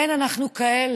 כן, אנחנו כאלה.